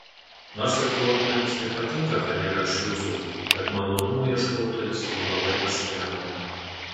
nors irkluotojams ir patinka kad nėra šliuzų bet malonumų ieškotojas jų labai pasigenda